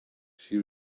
she